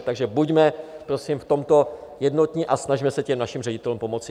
Takže buďme, prosím, v tomto jednotní a snažme se našim ředitelům pomoci.